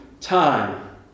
time